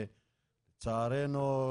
שלצערנו,